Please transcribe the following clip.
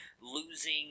Losing